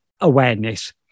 awareness